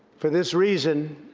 for this reason,